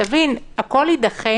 הכול יידחה